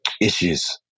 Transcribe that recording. issues